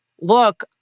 Look